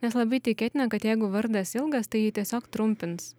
nes labai tikėtina kad jeigu vardas ilgas tai jį tiesiog trumpins